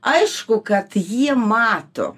aišku kad jie mato